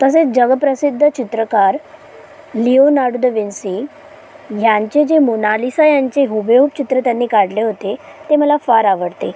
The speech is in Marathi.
तसेच जगप्रसिद्ध चित्रकार लिओनाग ड विंसी ह्यांचे जे मोनालिसा ह्यांचे हुबेहुब चित्र त्यांनी काढले होते ते मला फार आवडते